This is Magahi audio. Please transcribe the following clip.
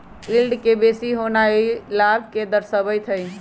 यील्ड के बेशी होनाइ लाभ के दरश्बइत हइ